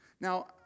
Now